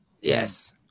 Yes